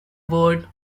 word